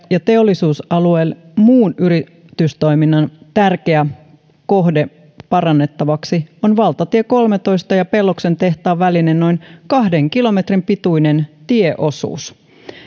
ja teollisuusalueen muun yritystoiminnan tärkeä kohde parannettavaksi on valtatie kolmentoista ja pelloksen tehtaan välinen noin kahden kilometrin pituinen tieosuus